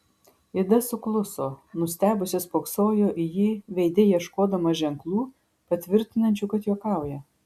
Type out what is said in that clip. ida sukluso nustebusi spoksojo į jį veide ieškodama ženklų patvirtinančių kad juokauja